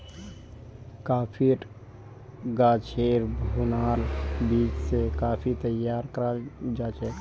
कॉफ़ीर गाछेर भुनाल बीज स कॉफ़ी तैयार कराल जाछेक